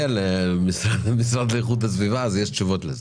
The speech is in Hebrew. שלמשרד לאיכות הסביבה יש התייחסות לזה.